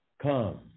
come